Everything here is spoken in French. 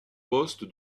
poste